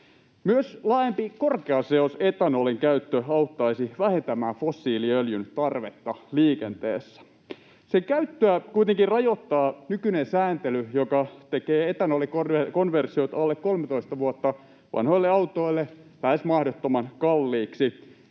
Myös laajempi korkeaseosetanolin käyttö auttaisi vähentämään fossiiliöljyn tarvetta liikenteessä. Sen käyttöä kuitenkin rajoittaa nykyinen sääntely, joka tekee etanolikonversiot alle 13 vuotta vanhoille autoille lähes mahdottoman kalliiksi.